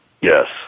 Yes